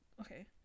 okay